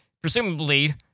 presumably